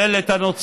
כלל את הנוצרים,